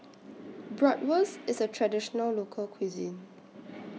Bratwurst IS A Traditional Local Cuisine